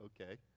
okay